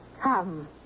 come